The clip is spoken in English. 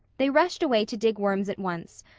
they rushed away to dig worms at once,